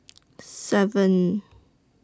seven